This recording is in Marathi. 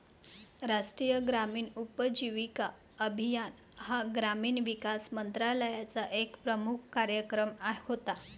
राष्ट्रीय ग्रामीण उपजीविका अभियान हा ग्रामीण विकास मंत्रालयाचा एक प्रमुख कार्यक्रम होता